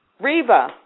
Reva